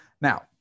Now